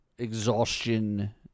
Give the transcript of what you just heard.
exhaustion